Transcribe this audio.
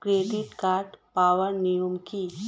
Credit card পাওয়ার নিয়ম কী?